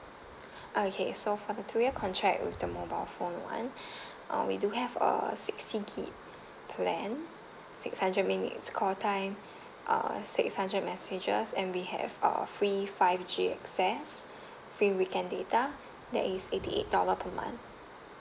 okay so for the two year contract with the mobile phone [one] uh we do have a sixty gig plan six hundred minutes call time uh six hundred messages and we have a free five G access free weekend data that is eighty eight dollar per month